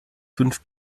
fünf